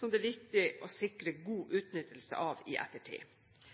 som det er viktig å sikre god utnyttelse av i ettertid.